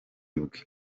bwe